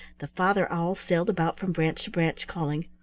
the father owl sailed about from branch to branch, calling,